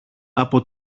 από